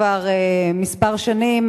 כבר כמה שנים,